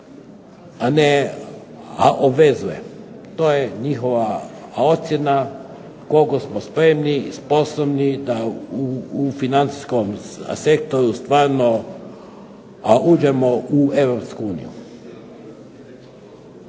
ne obvezuje. To je njihova ocjena koliko smo spremni i sposobni da u financijskom sektoru stvarno uđemo u Europsku uniju.